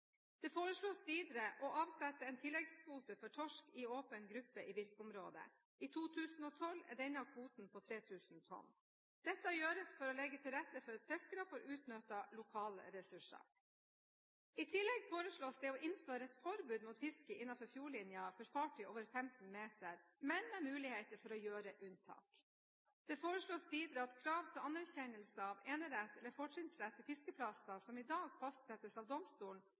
Det foreslås videre å avsette en tilleggskvote for torsk i åpen gruppe i virkeområdet. I 2012 er denne kvoten på 3 000 tonn. Dette gjøres for å legge til rette for at fiskere får utnyttet lokale ressurser. I tillegg foreslås det å innføre et forbud mot fiske innenfor fjordlinjen for fartøy over 15 meter, men med mulighet for å gjøre unntak. Det foreslås videre at krav til anerkjennelse av enerett eller fortrinnsrett til fiskeplasser, som i dag fastsettes av domstolen,